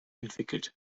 entwickelt